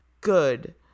good